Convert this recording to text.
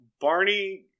Barney